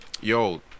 Yo